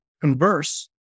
converse